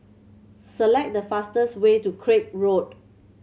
select the fastest way to Craig Road